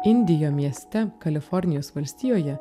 indijo mieste kalifornijos valstijoje